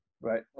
right